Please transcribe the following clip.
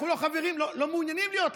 אנחנו לא חברים, לא מעוניינים להיות לידכם.